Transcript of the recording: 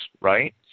right